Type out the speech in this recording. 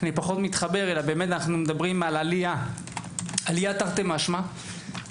אנחנו מדברים על עלייה תרתי משמע.